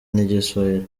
n’igiswahili